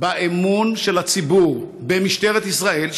באמון של הציבור במשטרת ישראל,